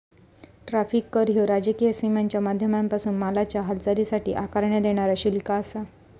tariff कर ह्यो राजकीय सीमांच्या माध्यमांपासून मालाच्या हालचालीसाठी आकारण्यात येणारा शुल्क आसा